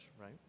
right